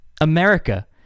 America